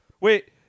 Wait